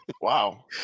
Wow